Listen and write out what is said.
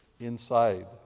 inside